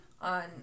on